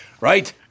Right